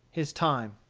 his time.